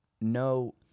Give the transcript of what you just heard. no